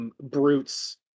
Brutes